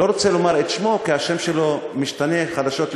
אני לא רוצה לומר את שמו כי השם שלו משתנה חדשות לבקרים,